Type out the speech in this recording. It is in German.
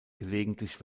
gelegentlich